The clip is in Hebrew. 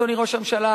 אדוני ראש הממשלה,